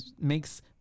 makes